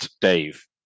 Dave